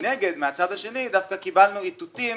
מנגד, מהצד השני דווקא קיבלנו איתותים